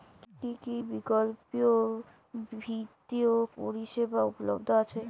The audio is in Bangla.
কী কী বিকল্প বিত্তীয় পরিষেবা উপলব্ধ আছে?